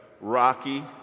Rocky